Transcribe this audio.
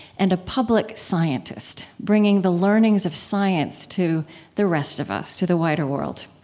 and a public scientist bringing the learnings of science to the rest of us, to the wider world.